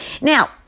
Now